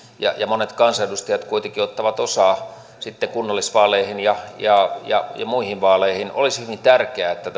ja monet kansanedustajat kuitenkin ottavat osaa sitten kunnallisvaaleihin ja ja muihin vaaleihin olisi hyvin tärkeää että